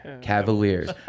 Cavaliers